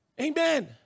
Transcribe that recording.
Amen